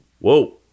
Whoa